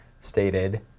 stated